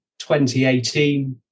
2018